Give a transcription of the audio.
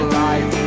life